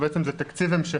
אבל זה בעצם תקציב המשכי,